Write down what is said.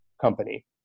company